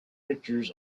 pictures